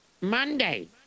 monday